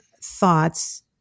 thoughts